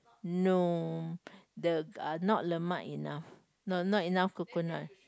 no the uh not lemak enough not not enough coconut